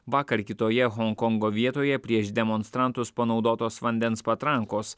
vakar kitoje honkongo vietoje prieš demonstrantus panaudotos vandens patrankos